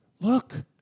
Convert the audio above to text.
look